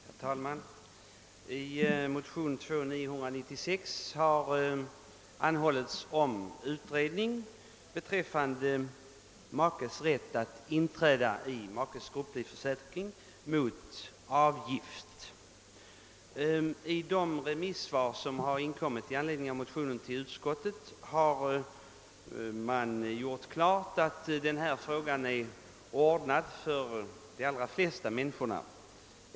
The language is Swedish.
Herr talman! I de likalydande motionerna I: 879 och II: 996 har anhållits om utredning beträffande makas rätt att inträda i makes grupplivförsäkring mot avgift. I de remissvar som inkommit till utskottet i anledning av motio nerna har klargjorts, att denna fråga är ordnad för de allra flesta människor.